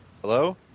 Hello